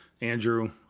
Andrew